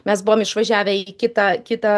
mes buvom išvažiavę kitą kitą